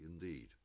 indeed